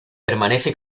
permanece